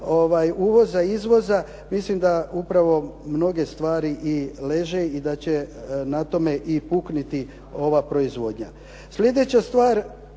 uvoza i izvoza mislim da upravo mnoge stvar i leže i da će na tome i pukniti ova proizvodnja.